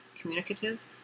communicative